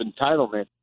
entitlement